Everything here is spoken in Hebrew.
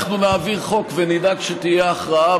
אנחנו נעביר חוק ונדאג שתהיה הכרעה,